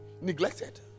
neglected